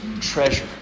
treasure